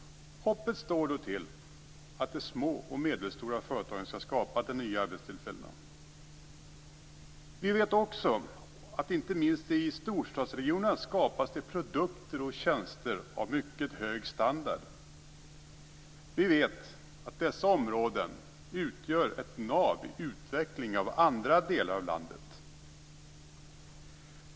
Hoppet står därför till att de små och medelstora företagen skapar de nya arbetstillfällena. Vi vet också att det inte minst i storstadsregionerna skapas produkter och tjänster av mycket hög standard. Dessutom vet vi att dessa områden utgör ett nav i utvecklingen av andra delar av landet.